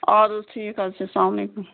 اَدٕ حظ ٹھیٖک حظ چھُ السَلام علیکُم